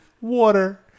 water